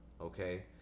okay